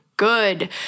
Good